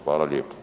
Hvala lijepo.